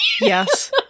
yes